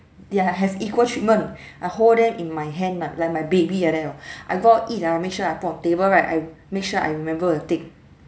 they are have equal treatment I hold them in my hand like my baby like that orh I go out eat ah make sure I put on table right I make sure I remember to take